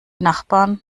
nachbarn